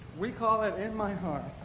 we call it in my heart